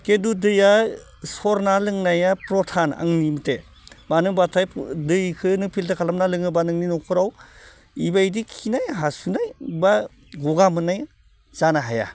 खिन्थु दैआ सरना लोंनाया फ्रधान आंनि मथे मानो होनोबाथाय दैखौ नों फिल्टार खालामना लोङोबा नोंनि न'खराव बेबायदि खिनाय हासुनाय बा गगा मोननाय जानो हाया